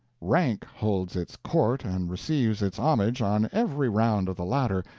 rank holds its court and receives its homage on every round of the ladder,